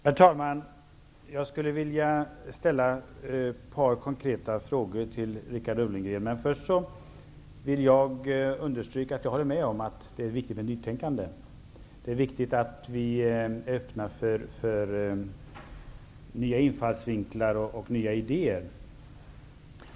Herr talman! Jag vill ställa några frågor till Richard Ulfvengren. Men först vill jag understryka att jag håller med om att det är viktigt med nytänkande. Det är angeläget att vi är öppna för nya infallsvinklar och nya idéer.